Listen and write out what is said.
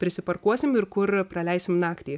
prisiparkuosim ir kur praleisim naktį